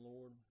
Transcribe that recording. Lord